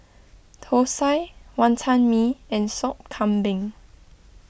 Thosai Wantan Mee and Sop Kambing